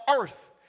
earth